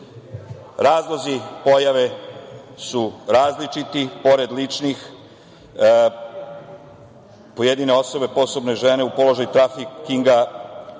Razlozi pojave su različite pored ličnih pojedine osobe, posebno žene u položaju trafikinga,